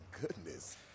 goodness